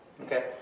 Okay